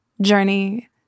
Journey